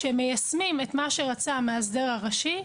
שרצה את מה שרצה המאסדר הראשי,